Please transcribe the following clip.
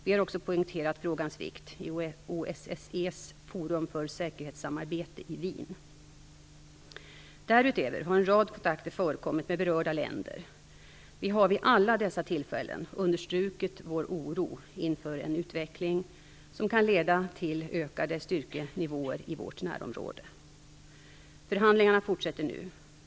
Vi har vidare poängterat frågans vikt i Därutöver har en rad kontakter förekommit med berörda länder. Vi har vid alla dessa tillfällen understrukit vår oro inför en utveckling som kan leda till ökade styrkenivåer i vårt närområde. Förhandlingarna fortsätter nu.